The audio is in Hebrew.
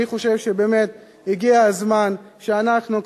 אני חושב שבאמת הגיע הזמן שאנחנו,